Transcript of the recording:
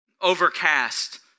overcast